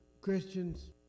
Christians